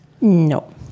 No